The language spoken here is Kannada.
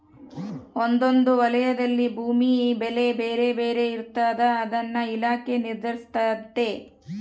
ಒಂದೊಂದು ವಲಯದಲ್ಲಿ ಭೂಮಿ ಬೆಲೆ ಬೇರೆ ಬೇರೆ ಇರ್ತಾದ ಅದನ್ನ ಇಲಾಖೆ ನಿರ್ಧರಿಸ್ತತೆ